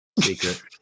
secret